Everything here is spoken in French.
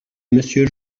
monsieur